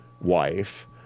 wife